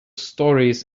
stories